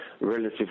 relative